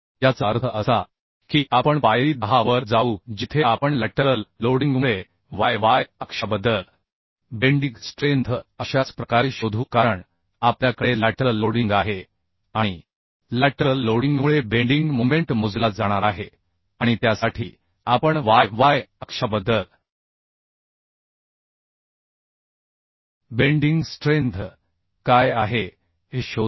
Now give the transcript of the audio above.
याचा अर्थ असा की आपण पायरी 10 वर जाऊ जिथे आपण लॅटरल लोडिंगमुळे y y अक्षाबद्दल बेंडीग स्ट्रेंथ अशाच प्रकारे शोधू कारण आपल्याकडे लॅटरल लोडिंग आहे आणि लॅटरल लोडिंगमुळे बेंडिंग मोमेंट मोजला जाणार आहे आणि त्यासाठी आपण y y अक्षाबद्दल बेंडिंग स्ट्रेंथ काय आहे हे शोधू